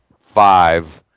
five